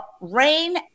rain